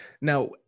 now